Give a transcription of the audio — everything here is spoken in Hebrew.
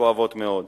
וכואבות מאוד.